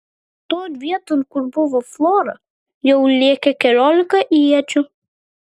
ton vieton kur buvo flora jau lėkė keliolika iečių